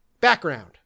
Background